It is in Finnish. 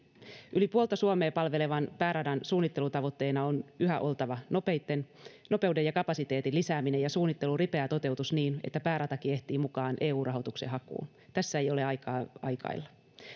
yli puolta suomea palvelevan pääradan suunnittelutavoitteina on yhä oltava nopeuden nopeuden ja kapasiteetin lisääminen ja suunnittelun ripeä toteutus niin että pääratakin ehtii mukaan eu rahoituksen hakuun tässä ei ole aikaa aikailla